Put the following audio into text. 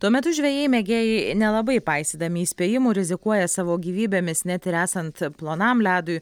tuo metu žvejai mėgėjai nelabai paisydami įspėjimų rizikuoja savo gyvybėmis net ir esant plonam ledui